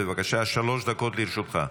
בבקשה, שלוש דקות לרשותך.